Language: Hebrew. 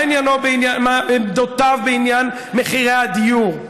מה עמדותיו בעניין מחירי הדיור.